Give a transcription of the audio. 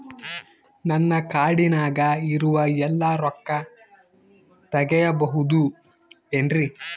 ನನ್ನ ಕಾರ್ಡಿನಾಗ ಇರುವ ಎಲ್ಲಾ ರೊಕ್ಕ ತೆಗೆಯಬಹುದು ಏನ್ರಿ?